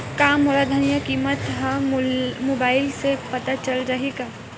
का मोला धनिया किमत ह मुबाइल से पता चल जाही का?